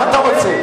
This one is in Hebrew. מה אתה רוצה,